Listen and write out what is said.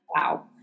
wow